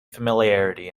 familiarity